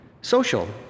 social